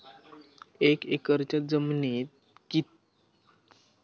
एक एकरच्या जमिनीत मी किती किलोग्रॅम सूर्यफुलचा बियाणा पेरु शकतय?